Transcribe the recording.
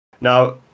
now